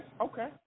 Okay